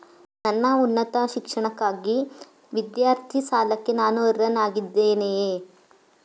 ನನ್ನ ಉನ್ನತ ಶಿಕ್ಷಣಕ್ಕಾಗಿ ವಿದ್ಯಾರ್ಥಿ ಸಾಲಕ್ಕೆ ನಾನು ಅರ್ಹನಾಗಿದ್ದೇನೆಯೇ?